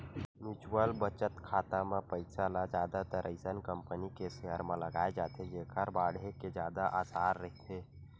mutual बचत खाता म पइसा ल जादातर अइसन कंपनी के सेयर म लगाए जाथे जेखर बाड़हे के जादा असार रहिथे